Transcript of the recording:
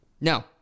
No